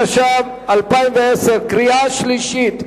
התש"ע 2010. קריאה שלישית,